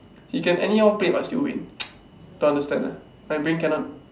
he can anyhow play but still will don't understand ah my brain cannot